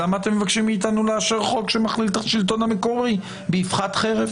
למה אתם מבקשים מאתנו לאשר חוק שמחליט על השלטון המקומי באבחת חרב?